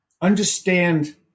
Understand